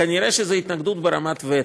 וכנראה זאת התנגדות ברמת וטו,